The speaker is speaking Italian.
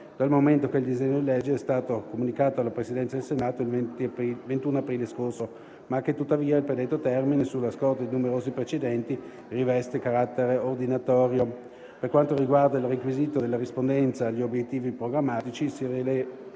dal momento che il disegno di legge è stato comunicato alla Presidenza del Senato il 21 aprile scorso, ma che tuttavia il predetto termine, sulla scorta di numerosi precedenti, riveste carattere ordinatorio. Per quanto riguarda il requisito della rispondenza agli obiettivi programmatici, si rileva